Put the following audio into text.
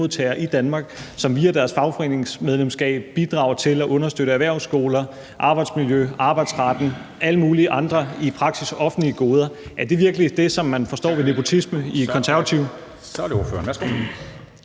Så er det ordføreren.